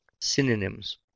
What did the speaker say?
synonyms